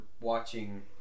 watching